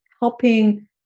helping